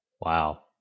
Wow